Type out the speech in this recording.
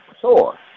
Sure